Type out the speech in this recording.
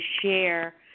share